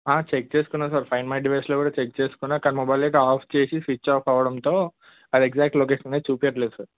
check చేసుకున్నాను sir friend my డివైజ్లో check చేసుకున్నాను కానీ మొబైల్ డేటా ఆఫ్ చేసి స్విచ్ ఆఫ్ అవ్వడంతో అది ఎగ్జాక్ట్ లొకేషన్ అనేది చూపియ్యట్లేదు సార్